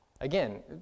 Again